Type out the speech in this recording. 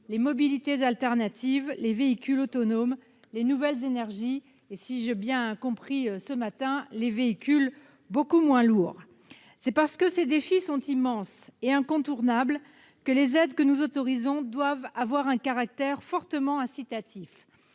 : mobilités alternatives, véhicules autonomes, nouvelles énergies et, si j'ai bien compris ce qui a été dit ce matin, véhicules beaucoup moins lourds. C'est parce que ces défis sont immenses et incontournables que les aides que nous autorisons doivent avoir un caractère fortement incitatif.